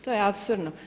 To je apsurdno.